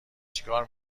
چیکار